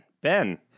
Ben